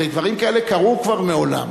הרי דברים כאלה קרו כבר מעולם.